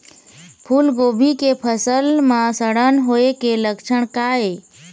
फूलगोभी के फसल म सड़न होय के लक्षण का ये?